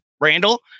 Randall